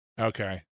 Okay